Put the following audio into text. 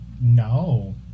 no